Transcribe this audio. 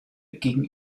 gegen